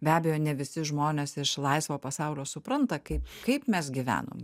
be abejo ne visi žmonės iš laisvo pasaulio supranta kaip kaip mes gyvenome